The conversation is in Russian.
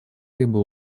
либо